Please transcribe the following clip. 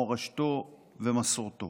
מורשתו ומסורתו.